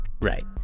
Right